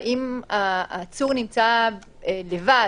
והאם העצור נמצא לבד?